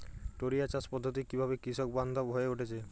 টোরিয়া চাষ পদ্ধতি কিভাবে কৃষকবান্ধব হয়ে উঠেছে?